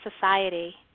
society